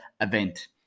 event